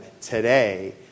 today